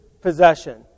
possession